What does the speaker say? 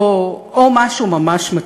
או משהו ממש מצחיק.